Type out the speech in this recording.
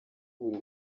buri